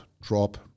drop